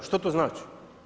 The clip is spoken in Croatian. Što to znači?